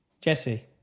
Jesse